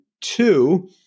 two